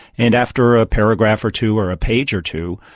and after a paragraph or two or a page or two,